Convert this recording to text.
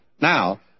Now